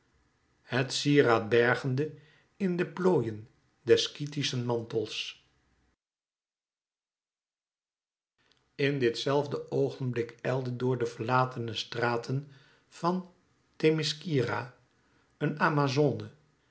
het sieraad bergende in de plooien des skythischen mantels in dit zelfde oogenblik ijlde door de verlatene straten van themiskyra een amazone